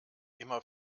immer